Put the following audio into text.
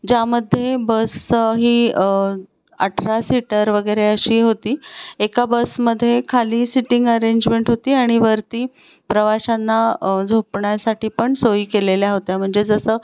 ज्यामध्ये बस ही अठरा सीटर वगैरे अशी होती एका बसमध्ये खाली सिटिंग अरेंजमेंट होती आणि वरती प्रवाशांना झोपण्यासाठी पण सोयी केलेल्या होत्या म्हणजे जसं